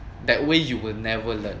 that way you will never learn